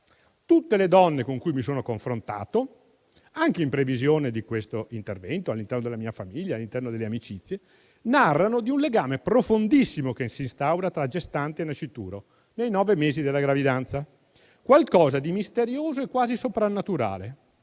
Tutte le donne con cui mi sono confrontato, anche in previsione di questo intervento, all'interno della mia famiglia e all'interno delle amicizie, narrano di un legame profondissimo che si instaura tra gestante e nascituro nei nove mesi della gravidanza, qualcosa di misterioso e quasi soprannaturale;